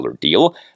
deal